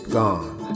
gone